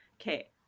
Okay